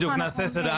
בדיוק, נעשה סדר.